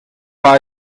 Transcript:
war